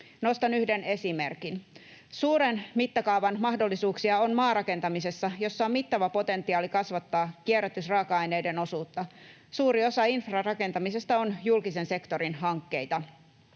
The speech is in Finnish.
Nostan yhden esimerkin. Suuren mittakaavan mahdollisuuksia on maarakentamisessa, jossa on mittava potentiaali kasvattaa kierrätysraaka-aineiden osuutta. Suuri osa infrarakentamisesta on julkisen sektorin hankkeita.